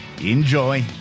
Enjoy